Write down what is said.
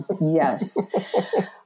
Yes